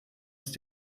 ist